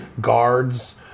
guards